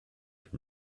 your